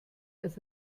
als